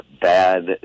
bad